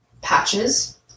patches